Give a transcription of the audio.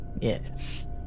Yes